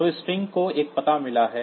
तो इस स्ट्रिंग को एक पता मिला है